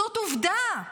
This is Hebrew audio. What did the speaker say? זאת עובדה.